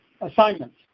assignments